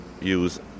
use